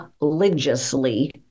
religiously